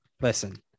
listen